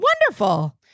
Wonderful